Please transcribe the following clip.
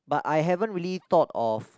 but I haven't really thought of